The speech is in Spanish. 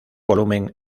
volumen